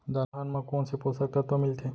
दलहन म कोन से पोसक तत्व मिलथे?